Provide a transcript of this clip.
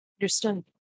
Understood